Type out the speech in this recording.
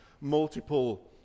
multiple